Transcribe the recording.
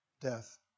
Death